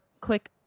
quick